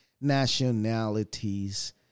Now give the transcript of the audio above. nationalities